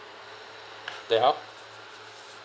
then how